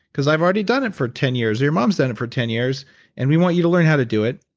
because i've already done it for ten years, your mom's done it for ten years and we want you to learn how to do it.